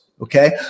Okay